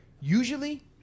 Usually